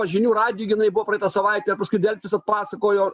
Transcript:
žinių radijuj jinai buvo praeitą savaitę paskui delfis atpasakojo